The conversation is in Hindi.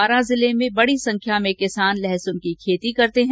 बारां जिले में बड़ी संख्या में किसान लहसुन की खेती करते हैं